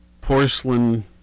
porcelain